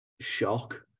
shock